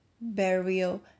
burial